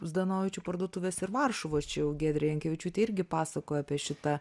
zdanavičių parduotuvės ir varšuvos čia jau giedrė jankevičiūtė irgi pasakojo apie šitą